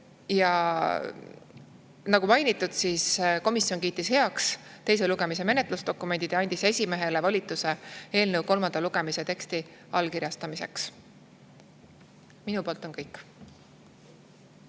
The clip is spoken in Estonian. Nagu mainitud, komisjon kiitis heaks teise lugemise menetlusdokumendid ja andis esimehele volituse eelnõu kolmanda lugemise teksti allkirjastamiseks. Minu poolt on kõik.